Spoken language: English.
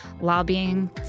lobbying